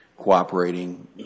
cooperating